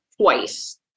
twice